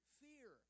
fear